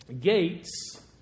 Gates